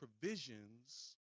provisions